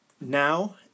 now